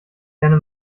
gerne